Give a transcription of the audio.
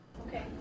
Okay